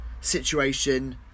situation